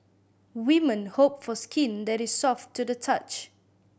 women hope for skin that is soft to the touch